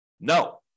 No